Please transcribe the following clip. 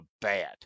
bad